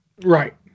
Right